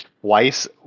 twice